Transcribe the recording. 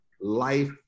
life